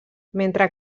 mentre